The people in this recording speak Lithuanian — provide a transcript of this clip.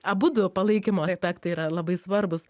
abudu palaikymo aspektai yra labai svarbūs